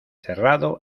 cerrado